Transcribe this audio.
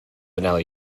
vanilla